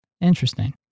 Interesting